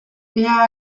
bea